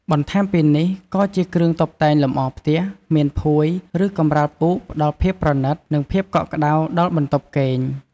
បន្ថែមពីនេះ ក៏ជាគ្រឿងតុបតែងលម្អផ្ទះ មានភួយ ឬកម្រាលពូកផ្តល់ភាពប្រណិត និងភាពកក់ក្តៅដល់បន្ទប់គេង។